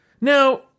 Now